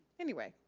anyway,